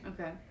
Okay